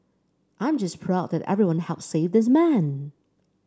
I'm just proud that everyone helped save this man